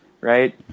right